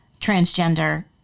transgender